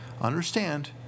Understand